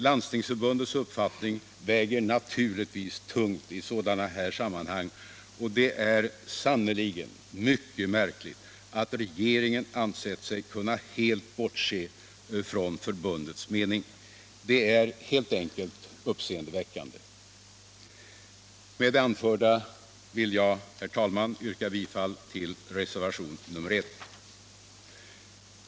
Landstingsförbundets uppfattning väger naturligtvis tungt i sådana här sammanhang, och det är sannerligen mycket märkligt att regeringen ansett sig kunna helt bortse från förbundets mening. Det är helt enkelt uppseendeväckande. Etableringsregler Med det anförda vill jag, herr talman, yrka bifall till reservationen 1.